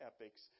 epics